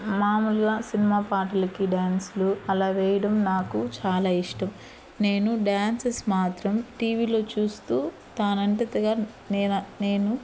మామూలుగా సినిమా పాటలకి డ్యాన్స్లు అలా వేయడం నాకు చాలా ఇష్టం నేను డ్యాన్సెస్ మాత్రం టీవీల్లో చూస్తూ తానంతటాగా నేనా నేను